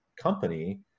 company